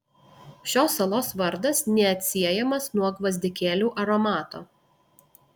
šios salos vardas neatsiejamas nuo gvazdikėlių aromato